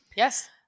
Yes